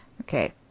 Okay